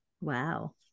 Wow